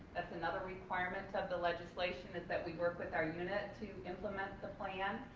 that's another requirement of the legislation is that we work with our union to implement the plan.